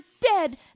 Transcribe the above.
dead